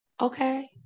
Okay